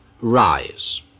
rise